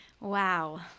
Wow